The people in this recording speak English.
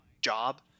job